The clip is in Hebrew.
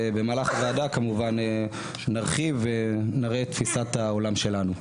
במהלך הדיון בוועדה כמובן נרחיב ונראה את תפיסת העולם שלנו.